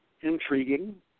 intriguing